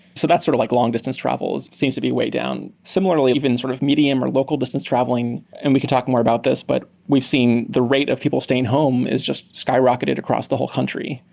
so that's sort of like long-distance travels seems to be way down. similarly, even sort of medium or local distance traveling, and we can talk more about this, but we've seen the rate of people staying home has just skyrocketed across the whole country.